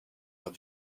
lors